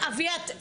אביה,